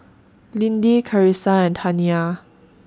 Lindy Carissa and Taniya